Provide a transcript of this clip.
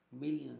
millions